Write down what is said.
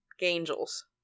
angels